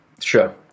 Sure